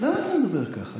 למה אתה מדבר ככה?